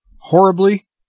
horribly